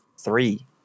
three